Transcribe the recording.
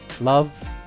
love